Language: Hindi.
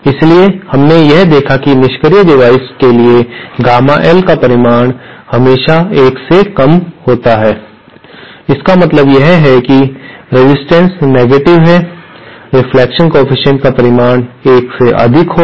इसलिए हमने यह देखा कि निष्क्रिय डिवाइसेस के लिए गामा L का परिमाण हमेशा 1 से कम होता है इसका मतलब यह है कि रेजिस्टेंस नेगेटिव है रेफ्लेक्टेड कोएफ़िशिएंट का परिमाण 1 से अधिक होगा